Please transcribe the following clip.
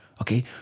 okay